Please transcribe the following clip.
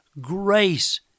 grace